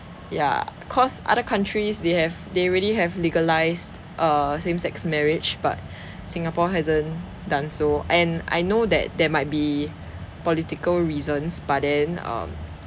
ya cause other countries they have they already have legalised err same sex marriage but singapore hasn't done so and I know that there might be political reasons but then um